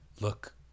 look